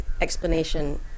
explanation